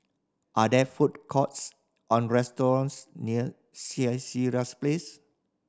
are there food courts or restaurants near Place